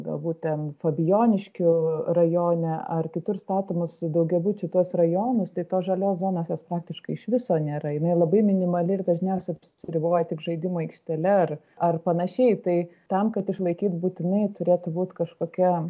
galbūt ten fabijoniškių rajone ar kitur statomus daugiabučių tuos rajonus tai tos žalios zonos jos praktiškai iš viso nėra jinai labai minimali ir dažniausiai apsiriboja tik žaidimų aikštele ar ar panašiai tai tam kad išlaikyt būtinai turėtų būt kažkokia